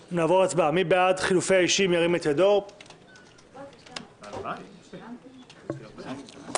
מי בעד חילופי האישים בוועדה המשותפת של ועדת העבודה,